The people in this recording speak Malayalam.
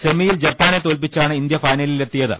സെമി യിൽ ജപ്പാനെ തോൽപ്പിച്ചാണ് ഇന്ത്യ ഫൈനലിൽ എത്തി യത്